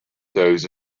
those